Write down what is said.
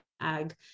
ag